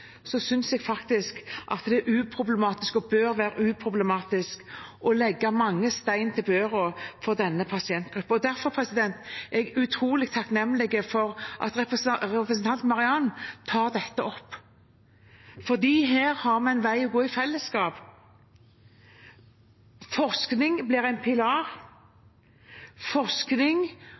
jeg faktisk det er uproblematisk og bør være uproblematisk å ikke legge stein til byrden for denne pasientgruppen. Derfor er jeg utrolig takknemlig for at representanten Marian Hussein tar dette opp, for her har vi en vei å gå i fellesskap. Forskning blir en pilar, forskning